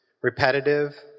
Repetitive